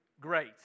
great